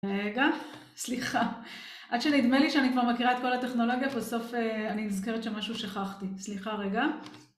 רגע, סליחה. עד שנדמה לי שאני כבר מכירה את כל הטכנולוגיה, בסוף אני נזכרת שמשהו שכחתי. סליחה רגע.